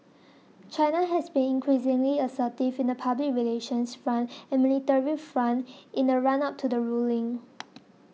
China has been increasingly assertive in the public relations front and military front in the run up to the ruling